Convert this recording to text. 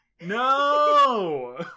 No